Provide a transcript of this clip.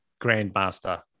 Grandmaster